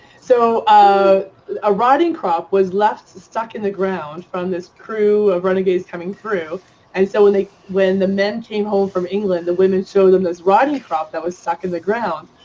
so a ah rotting crop was left stuck in the ground from this crew of renegades coming through and so when the when the men came home from england, the women showed them this rotting crop that was stuck in the ground.